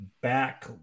back